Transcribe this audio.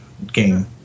Game